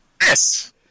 Yes